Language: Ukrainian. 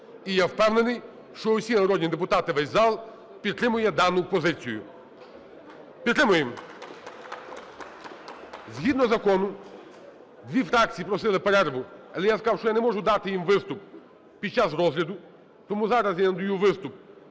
І я впевнений, що усі народні депутати, весь зал підтримує дану позицію. Підтримуємо. Згідно закону дві фракції просили перерву, але я сказав, що я не можу дати їм виступ під час розгляду, тому зараз я надаю виступ,